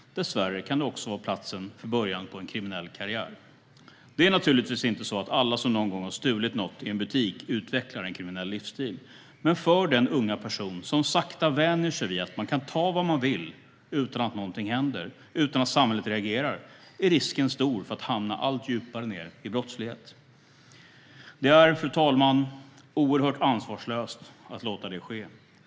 Dessvärre kan det också vara platsen för början på en kriminell karriär. Det är naturligtvis inte så att alla som någon gång har stulit något i en butik utvecklar en kriminell livsstil, men för den unga person som sakta vänjer sig vid att man kan ta vad man vill utan att något händer, utan att samhället reagerar, är risken stor att hamna allt djupare ned i brottslighet. Det är, fru talman, oerhört ansvarslöst att låta detta ske.